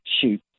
shoot